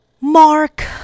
Mark